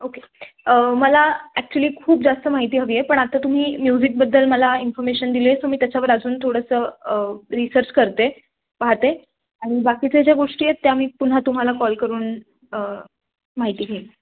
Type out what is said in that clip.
okay मला actually खूप जास्त माहिती हवी आहे पण आता तुम्ही म्युझिकबद्दल मला इन्फॉर्मेशन दिली आहे सो मी त्याच्यावर अजून थोडंसं रिसर्च करते पाहते आणि बाकीच्या ज्या गोष्टी आहेत त्या मी पुन्हा तुम्हाला कॉल करून माहिती घेईन